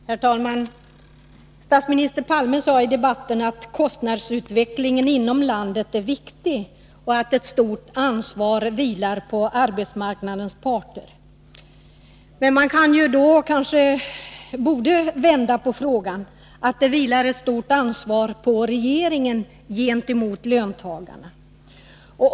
Herr talman! Statsminister Palme sade tidigare i debatten att kostnadsutvecklingen inom landet är viktig och att ett stort ansvar vilar på arbetsmarknadens parter. Men man borde kanske vända på detta och säga, att det vilar ett stort ansvar på regeringen gentemot löntagarna.